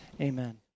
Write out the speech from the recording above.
amen